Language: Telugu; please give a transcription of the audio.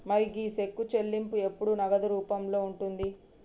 మరి గీ సెక్కు చెల్లింపు ఎప్పుడు నగదు రూపంలోనే ఉంటుంది